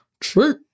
True